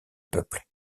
peuples